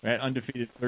Undefeated